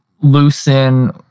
loosen